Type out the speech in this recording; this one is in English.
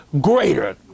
Greater